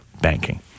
banking